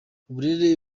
uburere